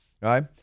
right